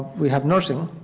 we have nursing.